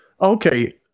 Okay